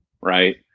right